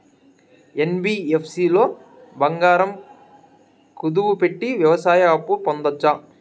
NBFC లో బంగారం కుదువు పెట్టి వ్యవసాయ అప్పు పొందొచ్చా?